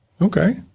okay